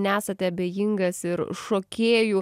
nesate abejingas ir šokėjų